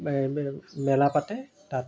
এই এই মেলা পাতে তাত